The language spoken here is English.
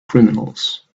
criminals